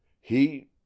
He—